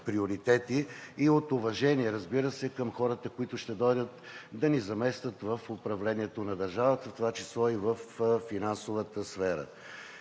приоритети, и от уважение, разбира се, към хората, които ще дойдат да ни заместят в управлението на държавата, в това число и във финансовата сфера.